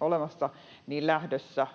olemassa, lähdössä